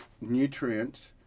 nutrients